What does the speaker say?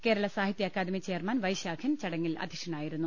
Kerala Sahitya Akademi chairman Vaisakhan ചടങ്ങിൽ അധ്യക്ഷനാ യിരുന്നു